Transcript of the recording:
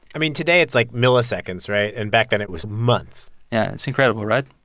i mean, today, it's, like, milliseconds, right? and back then, it was months yeah, it's incredible, right?